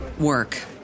work